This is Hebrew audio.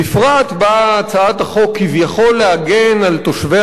בפרט באה הצעת החוק כביכול להגן על תושבי